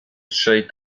trzej